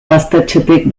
gaztetxetik